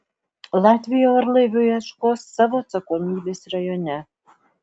latvija orlaivio ieškos savo atsakomybės rajone